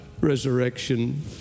resurrection